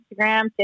Instagram